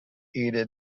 ada